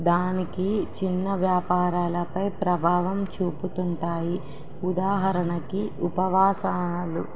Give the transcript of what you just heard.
దానికి చిన్న వ్యాపారాలపై ప్రభావం చూపుతుంటాయి ఉదాహరణకి ఉపవాసాలు